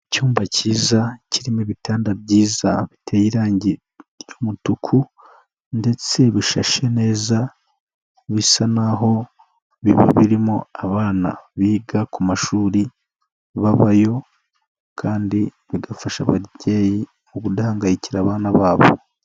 Icyumba kiza kirimo ibitanda byiza biteye irangi ry'umutuku ndetse bisashe neza bisa n'aho biba birimo abana biga ku mashuri babayo kandi bigafasha ababyeyi ku kudahangayikira abana babo.